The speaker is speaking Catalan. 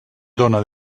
dóna